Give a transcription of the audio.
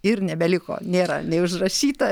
ir nebeliko nėra nei užrašyta